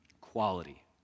Quality